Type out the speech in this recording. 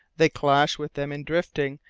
they clash with them in drifting,